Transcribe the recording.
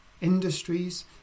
industries